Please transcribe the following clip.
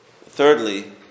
thirdly